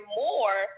more